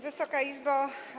Wysoka Izbo!